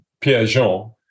Pierre-Jean